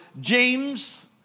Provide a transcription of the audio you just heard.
James